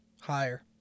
Higher